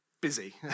busy